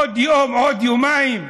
עוד יום, עוד יומיים,